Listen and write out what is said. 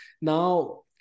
now